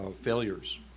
failures